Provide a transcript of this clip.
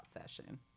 session